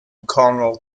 cornwall